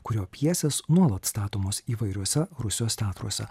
kurio pjesės nuolat statomos įvairiuose rusijos teatruose